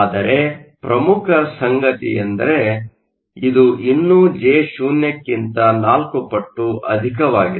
ಆದರೆ ಪ್ರಮುಖ ಸಂಗತಿಯೆಂದರೆ ಇದು ಇನ್ನೂ Jo ಕ್ಕಿಂತ 4 ಪಟ್ಟು ಅಧಿಕವಾಗಿದೆ